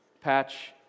Patch